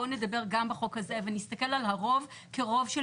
בואו נדבר גם בחוק הזה ונסתכל על הרוב כרוב של